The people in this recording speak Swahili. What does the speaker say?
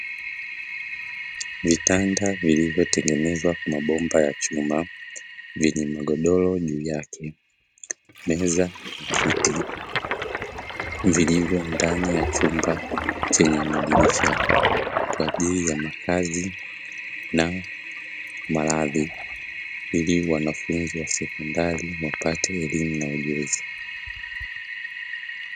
Vitanda vilivyotengenezwa kwa chuma, vyenye magodoro juu yake, meza na kiti, vilivyo ndani ya chumba chenye madirisha kwa ajili ya makazi malazi. Ili wanafunzi wa sekondari wapate elimu na ujuzi.